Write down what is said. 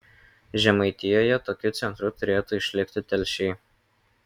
žemaitijoje tokiu centru turėtų išlikti telšiai